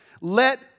let